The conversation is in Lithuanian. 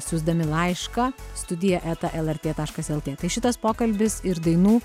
siųsdami laišką studija eta lrt taškas lt tai šitas pokalbis ir dainų